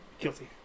Guilty